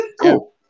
cool